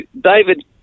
David